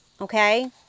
okay